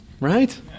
Right